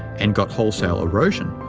and got wholesale erosion,